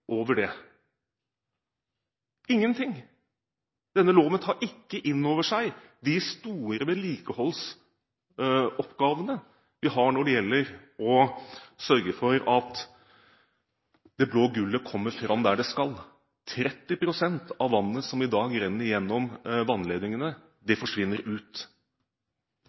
ingenting. Denne loven tar ikke inn over seg de store vedlikeholdsoppgavene vi har når det gjelder å sørge for at det blå gullet kommer fram dit det skal. 30 pst. av vannet som i dag renner gjennom vannledningene, forsvinner ut.